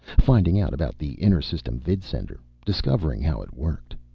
finding out about the inter-system vidsender. discovering how it worked.